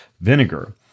vinegar